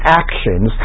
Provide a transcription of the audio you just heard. actions